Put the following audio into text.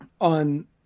on